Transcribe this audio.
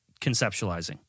conceptualizing